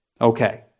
Okay